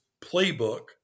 playbook